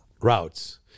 routes